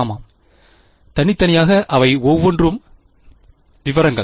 ஆமாம் தனித்தனியாக அவை ஒவ்வொன்றும் விவரங்கள்